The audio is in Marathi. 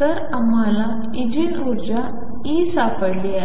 तर आम्हाला इगेन ऊर्जा E सापडली आहे